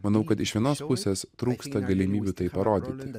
manau kad iš vienos pusės trūksta galimybių tai parodyti